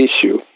issue